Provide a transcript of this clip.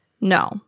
no